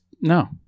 no